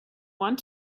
want